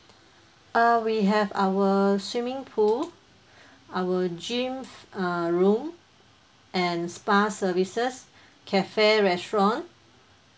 uh we have our swimming pool our gym uh room and spa services cafe restaurant